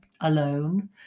alone